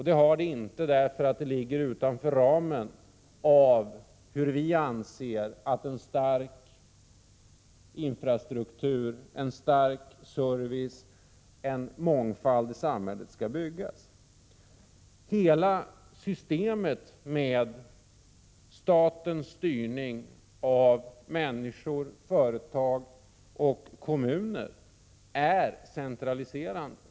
Det har det inte, därför att det faller utanför den ram inom vilken de anser att en stark infrastruktur, en omfattande service och en mångfald i samhället skall byggas upp. Hela systemet med statens styrning av människor, företag och kommuner är centraliserande.